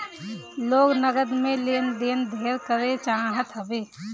लोग नगद में लेन देन ढेर करे चाहत हवे